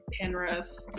Penrith